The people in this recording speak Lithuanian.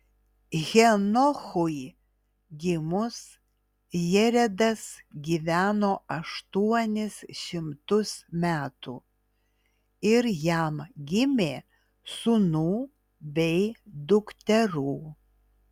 henochui gimus jeredas gyveno aštuonis šimtus metų ir jam gimė sūnų bei dukterų